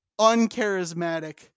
uncharismatic